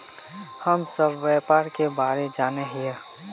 हम सब व्यापार के बारे जाने हिये?